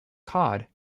cod